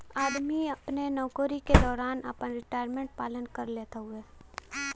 आदमी अपने नउकरी के दौरान आपन रिटायरमेंट प्लान कर लेत हउवे